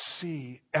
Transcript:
see